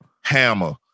Hammer